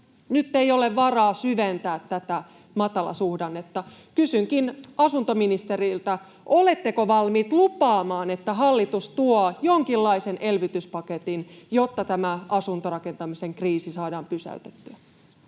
Nyt ei ole varaa syventää tätä matalasuhdannetta. Kysynkin asuntoministeriltä: oletteko valmiit lupaamaan, että hallitus tuo jonkinlaisen elvytyspaketin, jotta tämä asuntorakentamisen kriisi saadaan pysäytettyä?